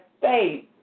faith